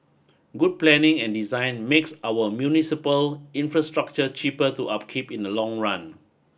good planning and design makes our municipal infrastructure cheaper to upkeep in the long run